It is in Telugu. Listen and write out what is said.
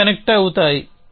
అన్నీ కనెక్ట్ అవుతాయి